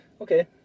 Okay